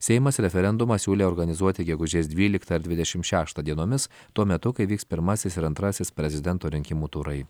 seimas referendumą siūlė organizuoti gegužės dvyliktą dvidešimt šeštą dienomis tuo metu kai vyks pirmasis ir antrasis prezidento rinkimų turai